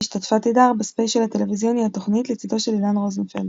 השתתפה תדהר בספיישל הטלוויזיוני "התכנית" לצידו של אילן רוזנפלד.